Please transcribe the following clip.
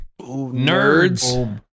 Nerds